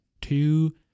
Two